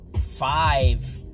five